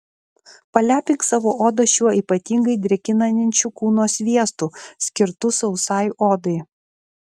palepink savo odą šiuo ypatingai drėkinančiu kūno sviestu skirtu sausai odai